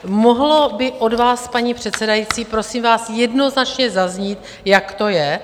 Mohlo by od vás, paní předsedající, prosím vás, jednoznačně zaznít, jak to je?